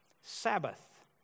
Sabbath